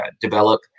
develop